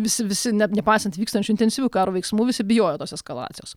visi visi net nepaisant vykstančių intensyvių karo veiksmų visi bijojo tos eskalacijos